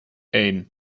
één